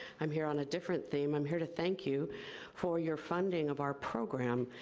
i'm here on a different theme. i'm here to thank you for your funding of our program.